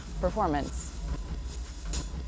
performance